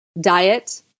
diet